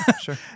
sure